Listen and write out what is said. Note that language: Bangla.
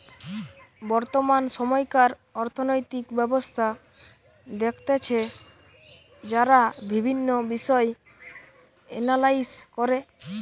বর্তমান সময়কার অর্থনৈতিক ব্যবস্থা দেখতেছে যারা বিভিন্ন বিষয় এনালাইস করে